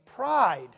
Pride